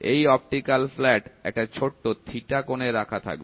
এই optical flat একটা ছোট্ট কোণে রাখা থাকবে